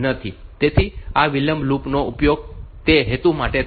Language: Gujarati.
તેથી આ વિલંબ લૂપ નો ઉપયોગ તે હેતુ માટે થાય છે